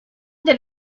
that